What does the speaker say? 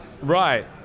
Right